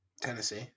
Tennessee